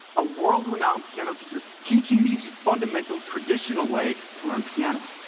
a world-renowned piano teacher, teaching me the fundamental, traditional way to learn piano,